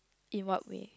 in what way